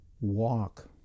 walk